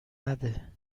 نده